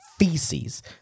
Feces